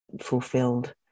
fulfilled